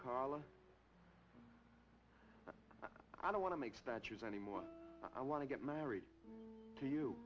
carla i don't want to make statues anymore i want to get married to you